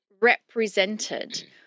Represented